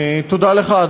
תודה לך,